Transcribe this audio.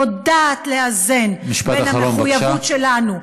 יודעת לאזן בין המחויבות שלנו,